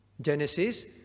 Genesis